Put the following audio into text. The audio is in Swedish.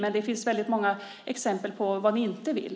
Men det finns väldigt många exempel på vad ni inte vill.